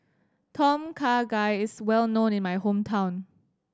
Tom Kha Gai is well known in my hometown